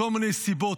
מכל מיני סיבות.